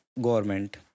government